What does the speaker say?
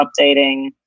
updating